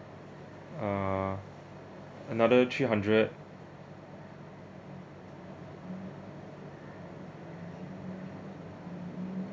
ah another three hundred